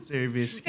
Service